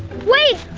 wait!